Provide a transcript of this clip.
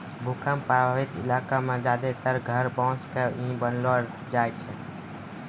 भूकंप प्रभावित इलाका मॅ ज्यादातर घर बांस के ही बनैलो जाय छै